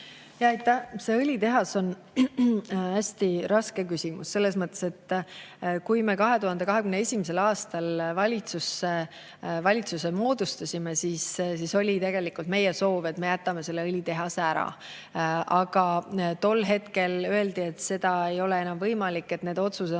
See õlitehas on hästi raske küsimus selles mõttes, et kui me 2021. aastal valitsuse moodustasime, siis oli tegelikult meie soov, et me jätame selle õlitehase ära. Aga tol hetkel öeldi, et see ei ole enam võimalik, need otsused